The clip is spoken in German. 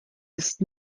ist